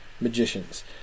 magicians